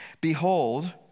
Behold